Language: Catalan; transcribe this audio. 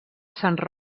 sant